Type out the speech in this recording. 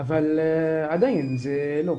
אבל עדיין זה לא,